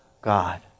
God